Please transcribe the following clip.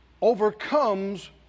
overcomes